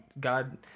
God